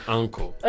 uncle